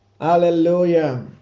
Hallelujah